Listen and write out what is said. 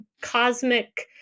cosmic